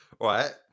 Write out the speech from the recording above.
Right